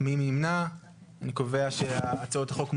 אני קובע שהצעות החוק מוזגו.